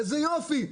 איזה יופי.